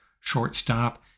shortstop